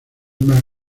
más